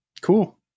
Cool